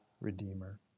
Redeemer